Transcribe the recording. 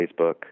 Facebook